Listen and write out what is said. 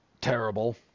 terrible